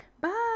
Bye